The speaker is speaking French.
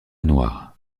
noir